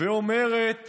ואומרת השרה,